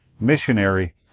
missionary